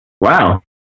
Wow